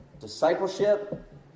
Discipleship